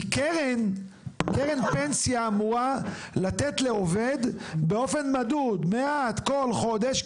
כי קרן פנסיה אמורה לתת לעובד באופן מדוד מעט כל חודש.